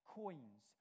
coins